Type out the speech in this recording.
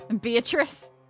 Beatrice